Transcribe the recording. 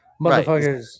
motherfuckers